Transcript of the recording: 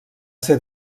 ser